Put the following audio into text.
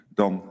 dan